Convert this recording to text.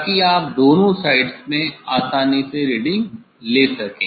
ताकि आप दोनों साइड्स में आसानी से रीडिंग ले सके